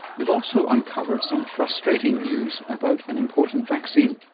they've also uncovered some frustrating news about an important vaccine.